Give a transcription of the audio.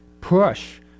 push